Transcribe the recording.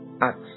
Acts